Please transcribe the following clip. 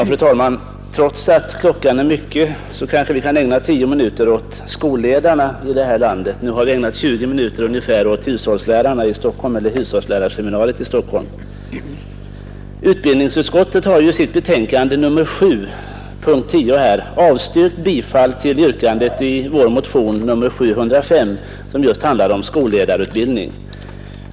Fru talman! Trots att klockan är mycket kanske vi kan ägna tio minuter åt skolledarna i det här landet, sedan vi nu ägnat ungefär tjugo minuter åt hushållslärarna i Stockholm. Utbildningsutskottet har i sitt betänkande nr 7 p. 10 avstyrkt bifall till yrkandet i vår motion nr 705, som just handlar om skolledarutbildning.